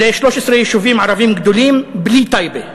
ל-13 יישובים ערביים גדולים, בלי טייבה.